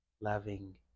loving